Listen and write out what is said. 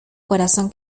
corazón